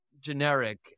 generic